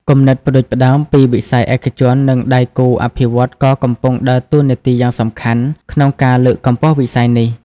គំនិតផ្តួចផ្តើមពីវិស័យឯកជន និងដៃគូអភិវឌ្ឍន៍ក៏កំពុងដើរតួនាទីយ៉ាងសំខាន់ក្នុងការលើកកម្ពស់វិស័យនេះ ។